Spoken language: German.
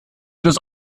des